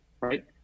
Right